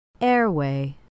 Airway